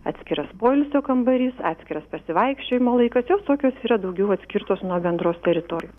atskiras poilsio kambarys atskiras pasivaikščiojimo laikas jos tokios yra daugiau atskirtos nuo bendros teritorijos